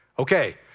Okay